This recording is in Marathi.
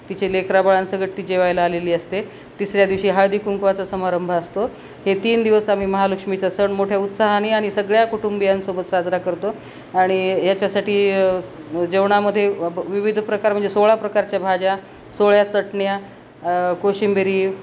तिचे लेकराबाळांसकट ती जेवायला आलेली असते तिसऱ्या दिवशी हळदीकुंकवाचा समारंभ असतो हे तीन दिवस आम्ही महालक्ष्मीचा सण मोठ्या उत्साहाने आणि सगळ्या कुटुंबियांसोबत साजरा करतो आणि याच्यासाठी जेवणामध्ये विविध प्रकार म्हणजे सोळा प्रकारच्या भाज्या सोळ्या चटण्या कोशिंबिरी